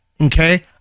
Okay